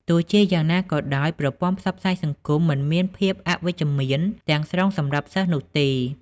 ទោះជាយ៉ាងណាក៏ដោយ ប្រព័ន្ធផ្សព្វផ្សាយសង្គមមិនមានភាពអវិជ្ជមានទាំងស្រុងសម្រាប់សិស្សនោះទេ។